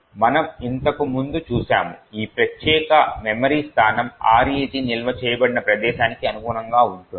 మనము ఇంతక ముందు చూశాము ఈ ప్రత్యేక మెమరీ స్థానం RET నిల్వ చేయబడిన ప్రదేశానికి అనుగుణంగా ఉంటుంది